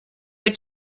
but